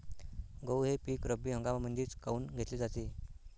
गहू हे पिक रब्बी हंगामामंदीच काऊन घेतले जाते?